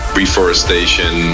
reforestation